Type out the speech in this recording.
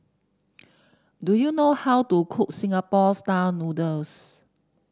do you know how to cook Singapore style noodles